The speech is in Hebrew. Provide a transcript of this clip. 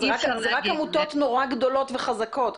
זה רק עמותות נורא גדולות וחזקות,